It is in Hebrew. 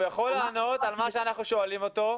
הוא יכול לענות על מה שאנחנו שואלים אותו,